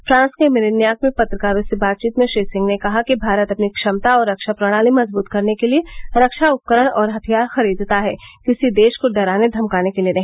France के Merignac में पत्रकारों से बातचीत में श्री सिंह ने कहा कि भारत अपनी क्षमता और रक्षा प्रणाली मंजबूत करने के लिए रक्षा उपकरण और हथियार खरीदता है किसी देश को डराने धमकाने के लिए नहीं